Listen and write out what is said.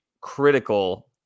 critical